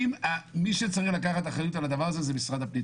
מי שצריך לקחת אחריות על הדבר הזה, זה משרד הפנים.